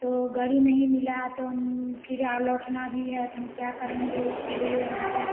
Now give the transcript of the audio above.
तो गाड़ी नहीं मिला तो फिर लौटना भी है तो हम क्या करेंगे इसीलिए मेरा